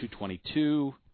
222